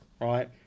right